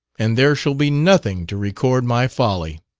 and there shall be nothing to record my folly.